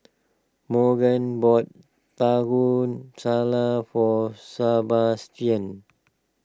Magen bought Taco Salad for Sabastian